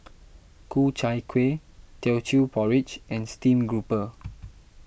Ku Chai Kueh Teochew Porridge and Stream Grouper